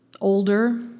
Older